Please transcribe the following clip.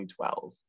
2012